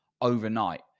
overnight